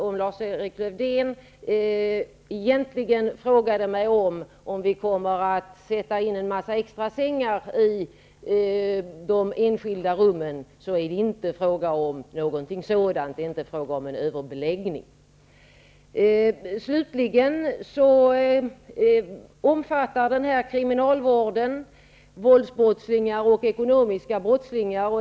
Om Lars-Erik Lövdén egentligen frågade mig om vi kommer att sätta in en massa extrasängar i de enskilda rummen, är det inte fråga om någonting sådant. Det är inte fråga om en överbeläggning. Kriminalvården omfattar våldsbrottslingar och ekonomiska brottslingar.